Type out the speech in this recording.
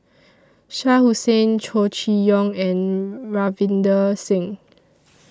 Shah Hussain Chow Chee Yong and Ravinder Singh